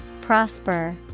Prosper